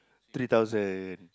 three thousand